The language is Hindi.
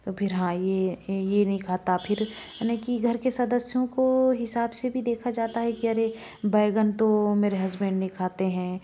तो फिर हाँ ये ये नहीं खाता फिर यानी कि घर के सदस्यों को हिसाब से भी देखा जाता है कि अरे बैगन तो मेरे हस्बैंड नहीं खाते हैं